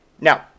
Now